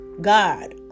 God